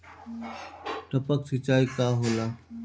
टपक सिंचाई का होला?